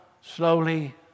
slowly